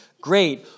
great